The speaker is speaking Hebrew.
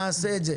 נעשה את זה.